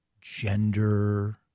gender